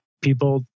People